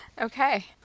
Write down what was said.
Okay